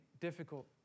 difficult